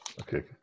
Okay